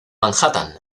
manhattan